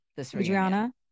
Adriana